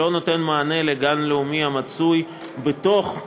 לא נותן מענה לגן לאומי המצוי בתוך,